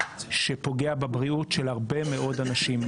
שפוגע בבריאות של הרבה מאוד אנשים.